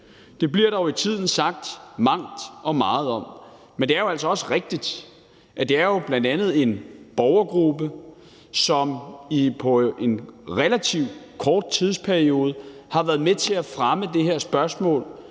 Det bliver der for tiden sagt mangt og meget om, men det er jo altså også rigtigt, at det bl.a. er en borgergruppe, som i løbet af en relativt kort tidsperiode har været med til at fremme det her spørgsmål,